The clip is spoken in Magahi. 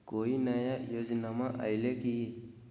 कोइ नया योजनामा आइले की?